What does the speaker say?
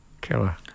killer